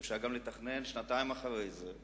ואפשר גם לתכנן שנתיים אחרי זה,